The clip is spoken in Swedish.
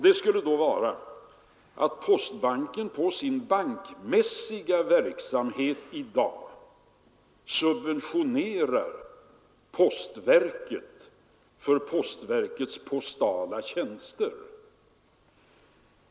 Den skulle då vara att postbanken på sin bankmässiga verksamhet i dag subventionerar postverket för postverkets postala tjänster.